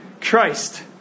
Christ